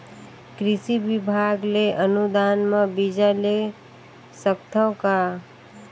कृषि विभाग ले अनुदान म बीजा ले सकथव का?